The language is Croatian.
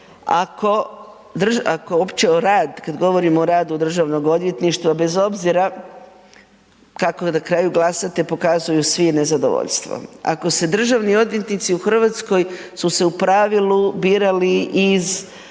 govorimo o radu Državnog odvjetništva bez obzira kako na glasate pokazuju svi nezadovoljstvo. Ako se državni odvjetnici u Hrvatskoj su se u pravilu birali iz